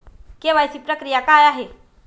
KYC प्रक्रिया काय आहे?